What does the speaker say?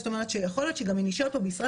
זאת אומרת שיכול להיות שאם היא נשארת פה בישראל